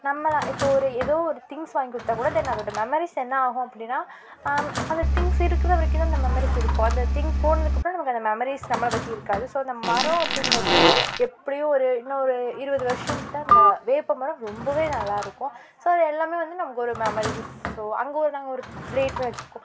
நம்மளை இப்போது ஒரு ஏதோ ஒரு திங்க்ஸ் வாங்கி கொடுத்தா கூட தென் அதோடய மெமரிஸ் என்ன ஆகும் அப்படின்னா அந்த திங்க்ஸ் இருக்கிற வரைக்கும் தான் அந்த மெமரிஸ் இருக்கும் அந்த திங்க் போனதுக்கப்புறம் நமக்கு அந்த மெமரிஸ் நம்மளை பற்றி இருக்காது ஸோ அந்த மரம் அப்படிங்கிறது எப்படியும் ஒரு இன்னொரு இருபது வருஷம்கிட்டே அந்த வேப்ப மரம் ரொம்பவே நல்லாயிருக்கும் ஸோ அது எல்லாமே வந்து நமக்கு ஒரு மெமரிஸ் ஸோ அங்கே ஒரு நாங்கள் ஒரு ப்ளேக்னு வெச்சுக்கோ